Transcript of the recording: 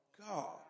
God